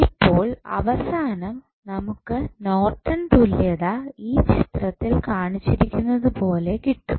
ഇപ്പോൾ അവസാനം നമുക്ക് നോർട്ടൺ തുല്യത ഈ ചിത്രത്തിൽ കാണിച്ചിരിക്കുന്നതുപോലെ കിട്ടും